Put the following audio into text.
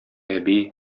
әби